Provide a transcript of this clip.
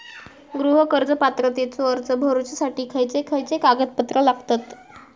गृह कर्ज पात्रतेचो अर्ज भरुच्यासाठी खयचे खयचे कागदपत्र लागतत?